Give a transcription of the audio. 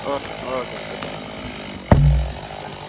okay ஓகேங் sir thank you thank you